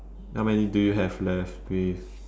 how many do you have left please